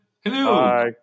Hello